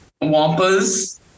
Wampas